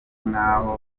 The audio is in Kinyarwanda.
nk’aho